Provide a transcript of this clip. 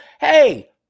hey